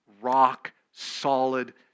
rock-solid